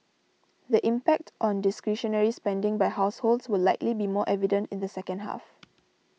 the impact on discretionary spending by households will likely be more evident in the second half